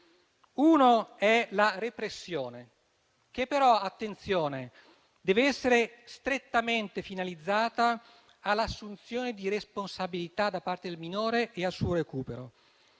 uno è la repressione, che però - attenzione - deve essere strettamente finalizzata all'assunzione di responsabilità da parte del minore e al suo recupero;